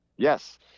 Yes